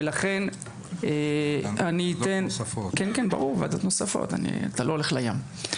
ולכן אני אתן לך,